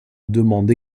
demande